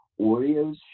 Oreos